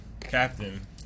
captain